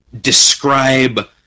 describe